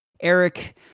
Eric